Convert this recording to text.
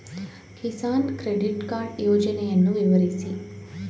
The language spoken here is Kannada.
ಕಿಸಾನ್ ಕ್ರೆಡಿಟ್ ಕಾರ್ಡ್ ಯೋಜನೆಯನ್ನು ವಿವರಿಸಿ?